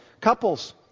couples